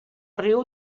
riu